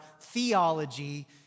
theology